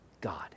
God